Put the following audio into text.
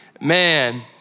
man